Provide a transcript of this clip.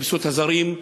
חיפשו את הזרים.